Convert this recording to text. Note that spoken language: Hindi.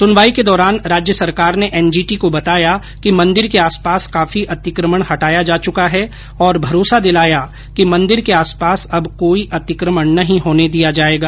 सुनवाई के दौरान राज्य सरकार ने एनजीटी को बताया कि मंदिर के आस पास काफी अतिकमण हटाया जा चुका है और भरोसा दिलाया कि मंदिर के आस पास अब कोई अतिकमण नहीं होने दिया जायेगा